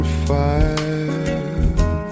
fire